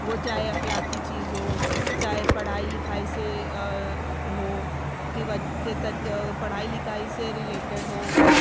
وہ چاہے اخلاقی چیز ہو چاہے پڑھائی لکھائی سے ہو کہ بچ کہ تر آ پڑھائی لکھائی سے ریلیٹیڈ ہو